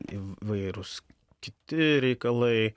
įvairūs kiti reikalai